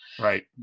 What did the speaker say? Right